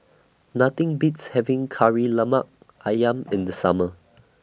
Nothing Beats having Kari Lemak Ayam in The Summer